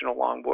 longboard